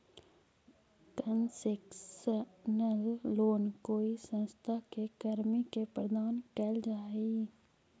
concessional loan कोई संस्था के कर्मी के प्रदान कैल जा हइ